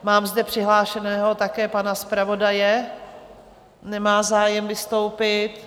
Mám zde přihlášeného také pana zpravodaje nemá zájem vystoupit.